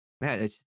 man